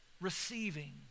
receiving